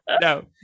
No